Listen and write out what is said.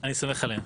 אני סומך עליהם.